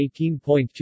18.2%